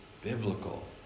biblical